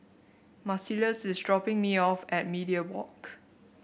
Marcellus is dropping me off at Media Walk